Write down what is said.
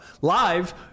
Live